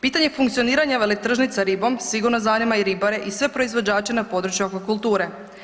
Pitanje funkcioniranja veletržnica ribom sigurno zanima i ribare i sve proizvođače na području aquakulture.